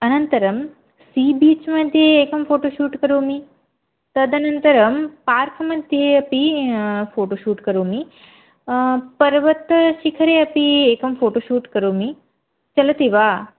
अनन्तरं सीबीच् मध्ये एकं फ़ोटो शूट् करोमि तदन्तरं पार्क् मध्ये अपि फ़ोटो शूट् करोमि पर्वतशिखरे अपि एकं फ़ोटो शूट् करोमि चलति वा